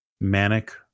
Manic